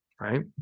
Right